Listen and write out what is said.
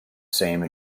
same